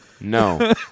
No